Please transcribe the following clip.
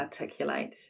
articulate